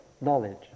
knowledge